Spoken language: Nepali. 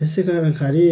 त्यसै कारणखेरि